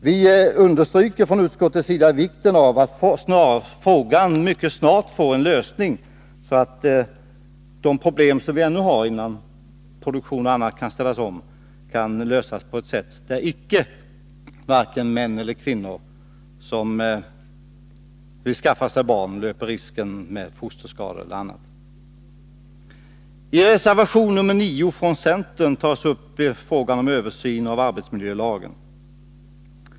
Vi understryker från utskottets sida vikten av att de problem som ännu finns, t.ex. när produktionen skall ställas om, mycket snart kan lösas på ett sådant sätt att kvinnor som vill skaffa sig barn inte löper risken för fosterskador och annat. I reservation 9 från centern tas upp frågan om översynen av arbetsmiljölagen.